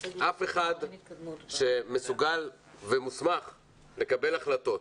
אף אחד שמסוגל ומוסמך לקבל החלטות,